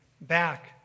back